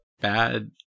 bad